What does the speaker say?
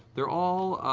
they're all